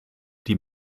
die